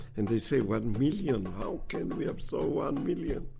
and they say one million, how can we absorb one million?